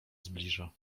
zbliża